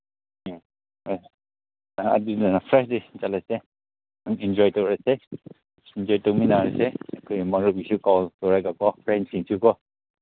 ꯎꯝ ꯍꯣꯏ ꯑꯗꯨꯗꯨꯅ ꯊ꯭ꯔꯁꯗꯦ ꯆꯠꯂꯁꯦ ꯑꯗꯨꯝ ꯏꯟꯖꯣꯏ ꯇꯧꯔꯁꯦ ꯏꯟꯖꯣꯏ ꯇꯧꯃꯤꯟꯅꯔꯁꯦ ꯑꯩꯈꯣꯏ ꯃꯔꯨꯞꯈꯣꯏꯁꯨ ꯀꯧꯔꯒꯀꯣ ꯐ꯭ꯔꯦꯟꯁꯤꯡꯁꯨꯀꯣ